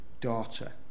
daughter